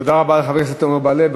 תודה רבה לחבר הכנסת עמר בר-לב.